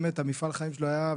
באמת מפעל החיים שלו היה,